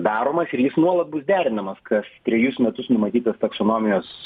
daromas ir jis nuolat bus derinamas kas trejus metus numatytas taksonomijos